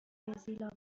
برزیل